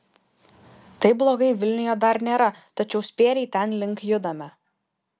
taip blogai vilniuje dar nėra tačiau spėriai tenlink judame